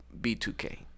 B2K